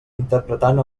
interpretant